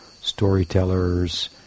storytellers